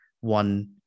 one